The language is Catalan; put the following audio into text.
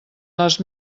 les